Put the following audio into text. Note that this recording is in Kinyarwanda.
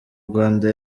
rwanda